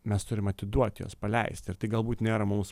mes turim atiduot juos paleist ir tai galbūt nėra mums